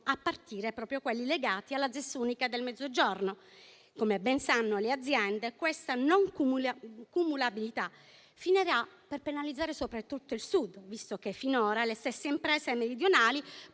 a partire proprio da quelli legati alla ZES unica del Mezzogiorno. Come ben sanno le aziende, questa non cumulabilità finirà per penalizzare soprattutto il Sud, visto che finora le stesse imprese meridionali